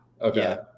Okay